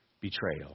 betrayal